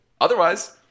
otherwise